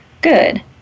good